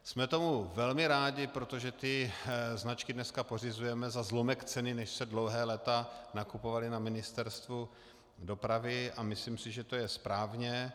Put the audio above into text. Jsme tomu velmi rádi, protože značky dnes pořizujeme za zlomek ceny, než se dlouhá léta nakupovaly na Ministerstvu dopravy, a myslím si, že to je správně.